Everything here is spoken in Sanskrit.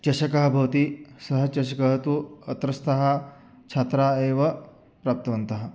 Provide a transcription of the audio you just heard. चषकः भवति सः चषकः तु अत्रस्तः छात्रा एव प्राप्तवन्तः